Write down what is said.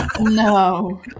No